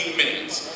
minutes